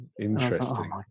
Interesting